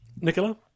Nicola